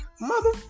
mother